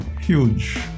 huge